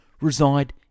reside